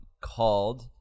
called